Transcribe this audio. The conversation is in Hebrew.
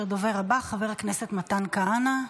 הדובר הבא, חבר הכנסת מתן כהנא,